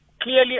clearly